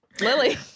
Lily